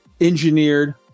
engineered